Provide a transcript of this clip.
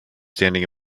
standing